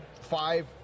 five